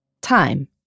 Time